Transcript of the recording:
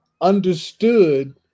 understood